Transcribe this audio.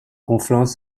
conflans